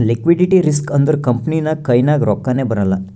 liquidity risk ಅಂದುರ್ company ನಾಗ್ ಕೈನಾಗ್ ರೊಕ್ಕಾನೇ ಬರಲ್ಲ